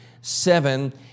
seven